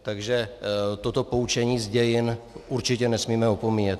Takže toto poučení z dějin určitě nesmíme opomíjet.